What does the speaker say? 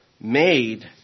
made